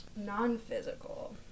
Non-physical